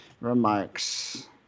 remarks